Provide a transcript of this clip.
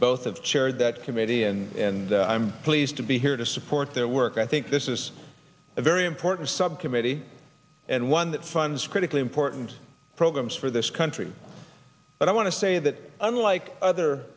both of chaired that committee and i'm pleased to be here to support their work i think this is a very important subcommittee and one that funds critically important programs for this country but i want to say that unlike other